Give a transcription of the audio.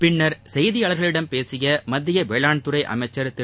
பின்னர் செய்தியாளர்களிடம் பேசிய மத்திய வேளாண்துறை அமைச்சர் திரு